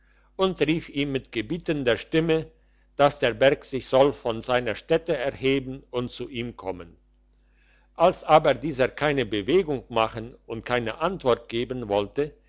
und rief ihm mit gebietender stimme dass der berg sich soll von seiner stätte erheben und zu ihm kommen als aber dieser keine bewegung machen und keine antwort geben wollte